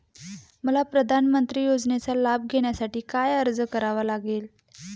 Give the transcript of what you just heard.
मला प्रधानमंत्री योजनेचा लाभ घेण्यासाठी काय अर्ज करावा लागेल?